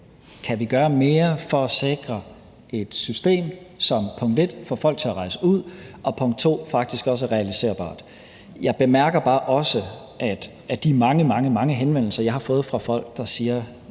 Kan vi gøre mere for at sikre et system, som punkt 1 får folk til at rejse ud og punkt 2 faktisk også er realiserbart? Jeg bemærker også bare, at af de mange, mange henvendelser, jeg har fået fra folk, der kommer